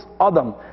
Adam